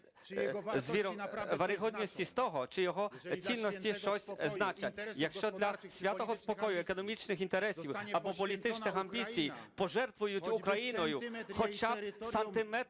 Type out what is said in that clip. Якщо для святого спокою економічних інтересів або політичних амбіцій пожертвують Україною хоча б сантиметром